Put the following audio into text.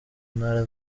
ntara